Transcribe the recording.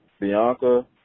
Bianca